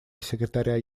секретаря